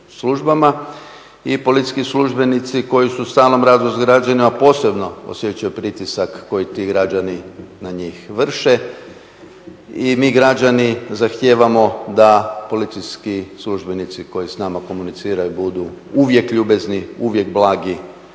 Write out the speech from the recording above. I policijski službenici koji su u stalnom radu sa građanima posebno osjećaju pritisak koji ti građani na njih vrše i mi građani zahtijevamo da policijski službenici koji sa nama komuniciraju budu uvijek ljubazni, uvijek blagi,